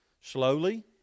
Slowly